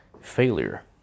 failure